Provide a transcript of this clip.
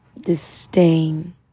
Disdain